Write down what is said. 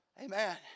Amen